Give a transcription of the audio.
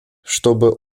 чтобы